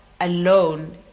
alone